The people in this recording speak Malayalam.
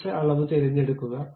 മികച്ച അളവ് തിരഞ്ഞെടുക്കുക